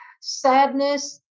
sadness